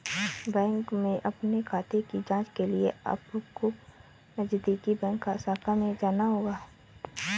bank में अपने खाते की जांच के लिए अपको नजदीकी बैंक शाखा में जाना होगा